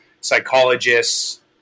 psychologists